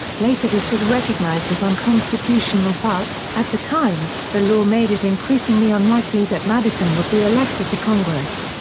later this was recognized as unconstitutional but, at the time, the law made it increasingly unlikely that madison would be elected to congress.